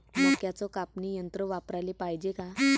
मक्क्याचं कापनी यंत्र वापराले पायजे का?